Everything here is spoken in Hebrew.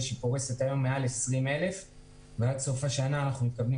והיום היא פורסת מעל 20,000 ועד סוף השנה אנחנו מקווים